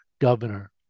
governor